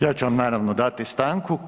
Ja ću vam naravno dati stanku.